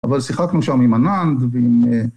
אבל שיחקנו שם עם ענן ועם...